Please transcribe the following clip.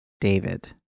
David